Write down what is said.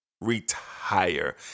retire